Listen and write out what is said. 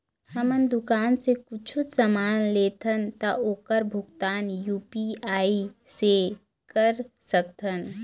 हमन दुकान से कुछू समान लेथन ता ओकर भुगतान यू.पी.आई से कर सकथन?